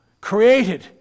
created